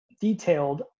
detailed